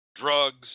drugs